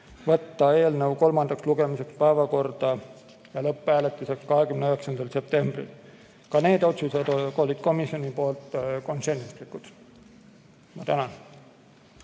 võtta eelnõu kolmandaks lugemiseks päevakorda lõpphääletuseks 29. septembril. Ka need otsused olid komisjonis konsensuslikud. Ma tänan.